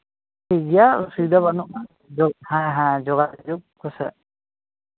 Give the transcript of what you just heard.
ᱴᱷᱤᱠ ᱜᱮᱭᱟ ᱚᱥᱩᱵᱤᱫᱷᱟ ᱵᱟᱹᱱᱩᱜᱼᱟ ᱦᱮᱸ ᱦᱮᱸ ᱡᱳᱜᱟᱡᱳᱜᱽ ᱠᱚᱥᱮᱫ